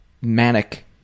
manic